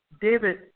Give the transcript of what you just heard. David